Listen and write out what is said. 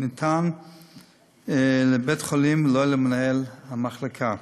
ניתן לבית-חולים ולא למנהל המחלקה.